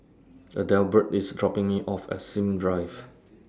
Adelbert IS dropping Me off At Sims Drive